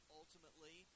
ultimately